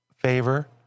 favor